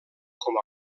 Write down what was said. com